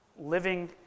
living